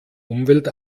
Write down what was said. umwelt